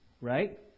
right